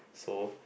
so